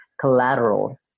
collateral